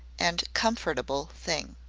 and comfortable thing.